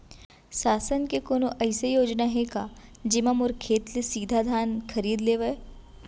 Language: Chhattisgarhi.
शासन के कोनो अइसे योजना हे का, जेमा मोर खेत ले सीधा धान खरीद लेवय?